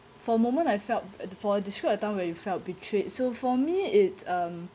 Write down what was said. for a moment I felt before describe a time where you felt betrayed so for me it's um